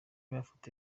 mafoto